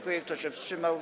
Kto się wstrzymał?